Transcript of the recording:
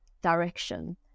direction